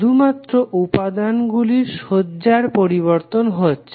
শুধুমাত্র উপাদান গুলির সজ্জার পরিবর্তন হচ্ছে